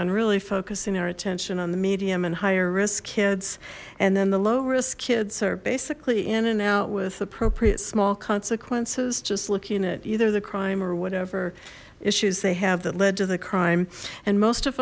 on really focusing our attention on the medium and higher risk kids and then the low risk kids are basically in and out with appropriate small consequences just looking at either the crime or whatever issues they have that led to the crime and most of